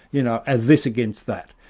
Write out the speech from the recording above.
you know as this against that.